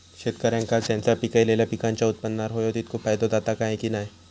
शेतकऱ्यांका त्यांचा पिकयलेल्या पीकांच्या उत्पन्नार होयो तितको फायदो जाता काय की नाय?